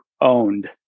owned